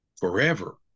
forever